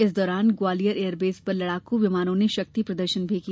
इस दौरान ग्वालियर ऐरबेस पर लड़ाकू विमानों ने शक्ति प्रदर्शन भी किया